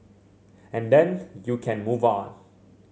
and then you can move on